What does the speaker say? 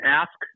ask